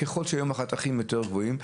ככל שהיום החתכים יותר גבוהים.